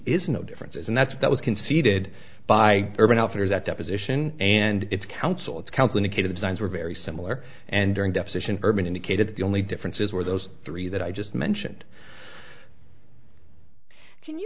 no differences and that's that was conceded by urban outfitters at deposition and it's counsel it's complicated designs were very similar and during deposition urban indicated the only difference is where those three that i just mentioned can you